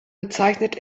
bezeichnet